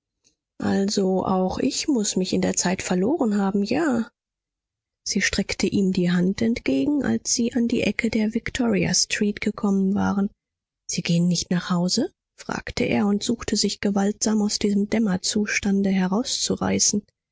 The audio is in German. also auch ich muß mich in der zeit verloren haben ja sie streckte ihm die hand entgegen als sie an die ecke der victoria street gekommen waren sie gehen nicht nach hause fragte er und suchte sich gewaltsam aus diesem dämmerzustände herauszureißen